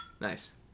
Nice